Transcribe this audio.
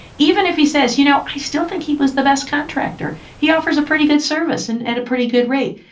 even if he says, you know, you still think he was the best contractor, he offers a pretty good service and at a pretty good rate.